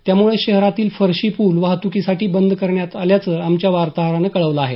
त्यामुळे शहरातील फरशी पूल वाहतुकीसाठी बंद करण्यात आल्याचं आमच्या वार्ताहरानं कळवलं आहे